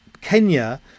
Kenya